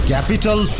Capital